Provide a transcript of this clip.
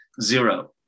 zero